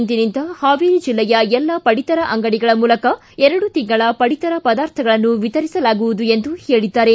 ಇಂದಿನಿಂದ ಹಾವೇರಿ ಜಿಲ್ಲೆಯ ಎಲ್ಲ ಪಡಿತರ ಅಂಗಡಿಗಳ ಮೂಲಕ ಎರಡು ತಿಂಗಳ ಪಡಿತರ ಪದಾರ್ಥಗಳನ್ನು ವಿತರಿಸಲಾಗುವುದು ಎಂದು ಹೇಳಿದರು